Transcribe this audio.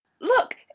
look